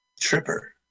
Tripper